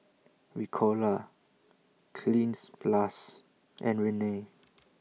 Ricola Cleanz Plus and Rene